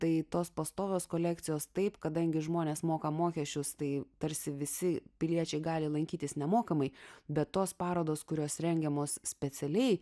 tai tos pastovios kolekcijos taip kadangi žmonės moka mokesčius tai tarsi visi piliečiai gali lankytis nemokamai bet tos parodos kurios rengiamos specialiai